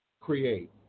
create